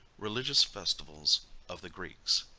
religious festivals of the greeks.